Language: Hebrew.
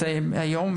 הוועדה,